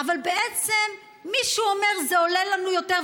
אבל בעצם מישהו אומר: זה עולה לנו יותר,